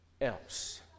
else